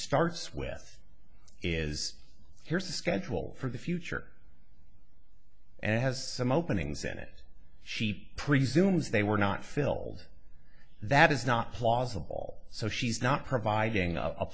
starts with is here's a schedule for the future and it has some openings in it she presumes they were not fill that is not plausible so she's not providing a